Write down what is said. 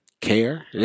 care